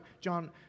John